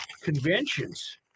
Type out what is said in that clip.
conventions